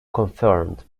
confirmed